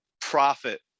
profit